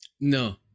No